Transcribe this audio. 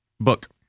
book